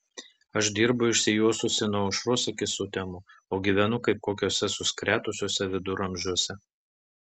aš dirbu išsijuosusi nuo aušros iki sutemų o gyvenu kaip kokiuose suskretusiuose viduramžiuose